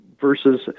versus